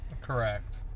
Correct